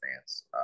fans